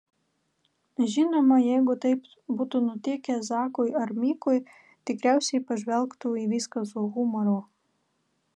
žinoma jeigu taip būtų nutikę zakui ar mikui tikriausiai pažvelgtų į viską su humoru